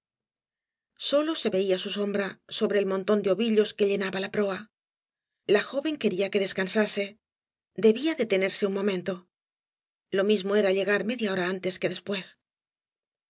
sólo se veía su sombra sobre el montón de ovillos que llenaba la proa la joven quería que deseansae debía detenerse un memento lo misnio era llegar media hora antes que después